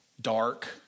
dark